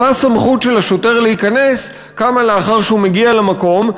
אותה סמכות של השוטר להיכנס קמה לאחר שהוא מגיע למקום,